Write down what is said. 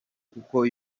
kuko